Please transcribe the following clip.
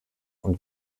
und